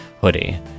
hoodie